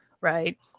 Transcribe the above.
right